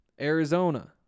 Arizona